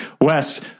Wes